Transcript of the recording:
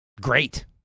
great